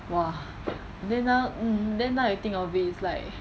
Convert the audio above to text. !wah! but then now then now you think of is like